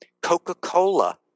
Coca-Cola